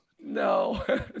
No